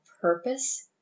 purpose